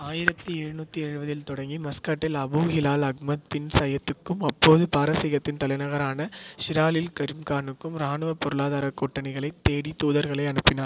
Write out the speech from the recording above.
ஆயிரத்தி எழுநூற்றி எழுபதில் தொடங்கி மஸ்கட்டில் அபு ஹிலால் அஹ்மத் பின் சையத்துக்கும் அப்போது பாரசீகத்தின் தலைநகரான ஷிராலில் கரீம் கானுக்கும் இராணுவ பொருளாதார கூட்டணிகளைத் தேடித் தூதர்களை அனுப்பினார்